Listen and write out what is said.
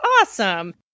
Awesome